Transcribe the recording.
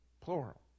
Plural